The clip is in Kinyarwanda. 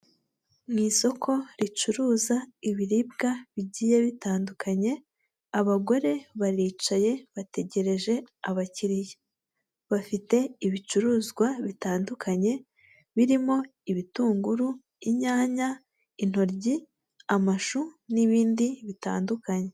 Ni isoko ricuruza ibiribwa bigiye bitandukanye, abagore baricaye bategereje abakiriya. Bafite ibicuruzwa bitandukanye, birimo ibitunguru, inyanya, intoryi, amashu, n'ibindi bitandukanye.